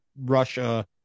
Russia